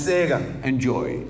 enjoy